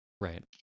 Right